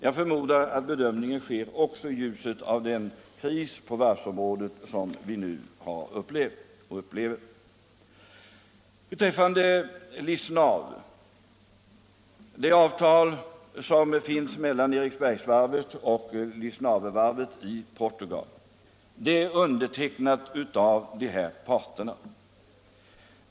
Jag förmodar att den bedömningen görs också i ljuset av den kris på varvsområdet som vi har upplevt och upplever. Det avtal som finns mellan Eriksbergsvarvet och Lisnavevarvet i Portugal är undertecknat av dessa parter.